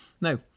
Now